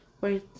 Wait